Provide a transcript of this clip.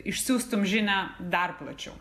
išsiųstum žinią dar plačiau